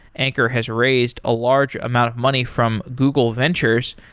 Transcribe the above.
anchor has raised a large amount of money from google ventures,